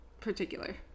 particular